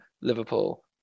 Liverpool